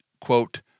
quote